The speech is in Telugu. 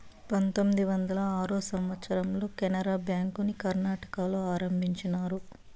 పంతొమ్మిది వందల ఆరో సంవచ్చరంలో కెనరా బ్యాంకుని కర్ణాటకలో ఆరంభించారు